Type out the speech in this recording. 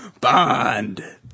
Bond